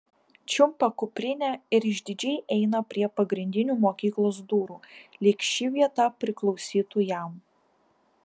čiumpa kuprinę ir išdidžiai eina prie pagrindinių mokyklos durų lyg ši vieta priklausytų jam